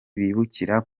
bibukira